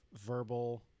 verbal